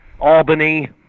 albany